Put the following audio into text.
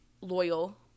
loyal